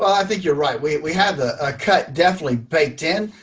i think you're right we we have a cut definitely baked in.